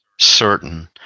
certain